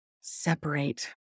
separate